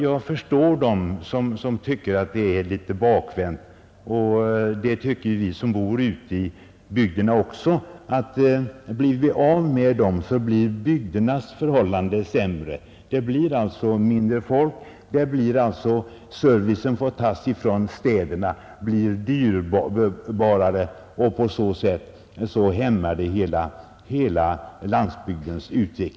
Jag förstår dem som tycker att det är litet bakvänt — det gör vi själva ute i bygderna — att deltidsjordbrukarna skall försvinna. Förhållandena i bygden blir sämre därigenom, Folkmängden minskar, och vi får ta mycket mer service från städerna, vilket blir dyrare. Hela utvecklingen på landsbygden hämmas på det här sättet.